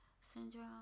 syndrome